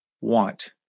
want